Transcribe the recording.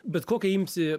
bet kokią imsi